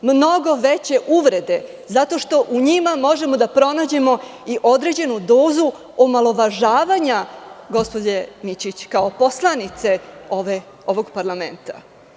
Mnogo veće uvrede zato što u njima možemo da pronađemo i određenu dozu omalovažavanja gospođe Mićić kao poslanice ovog parlamenta.